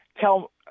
tell